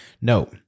No